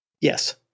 Yes